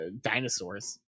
dinosaurs